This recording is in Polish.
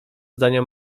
zdania